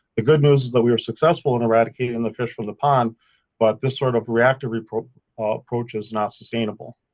the good news is that we were successful in eradicating and the fish from the pond but this sort of reactive approach ah approach is not sustainable.